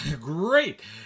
great